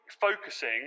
focusing